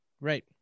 Right